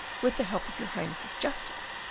with the help of your highness's justice,